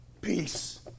Peace